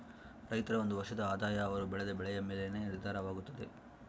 ರೈತರ ಒಂದು ವರ್ಷದ ಆದಾಯ ಅವರು ಬೆಳೆದ ಬೆಳೆಯ ಮೇಲೆನೇ ನಿರ್ಧಾರವಾಗುತ್ತದೆ